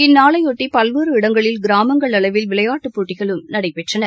இந்நாளையொட்டி பல்வேற இடங்களில் கிராமங்கள் அளவில் விளையாட்டுப் போட்டிகளும் நடைபெற்றன